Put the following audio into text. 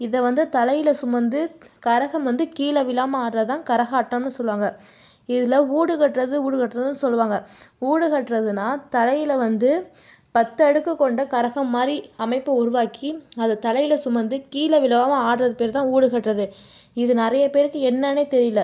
இதை வந்து தலையில் சுமந்து கரகம் வந்து கீழே விழாம ஆடுறது தான் கரகாட்டம்னு சொல்லுவாங்க இதில் வூடு கட்டுறது வூடு கட்டுறதுனு சொல்லுவாங்க வூடு கட்டுறதுனா தலையில் வந்து பத்து அடுக்கு கொண்ட கரகம் மாதிரி அமைப்பு உருவாக்கி அதை தலையில் சுமந்து கீழே விழாமல் ஆடுறது பேரு தான் வூடு கட்டுறது இது நிறைய பேருக்கு என்னனே தெரியல